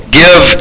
give